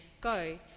Go